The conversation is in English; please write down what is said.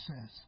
says